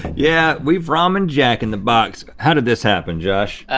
yeah, we've ramened jack in the box. how did this happen, josh?